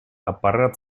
аппарат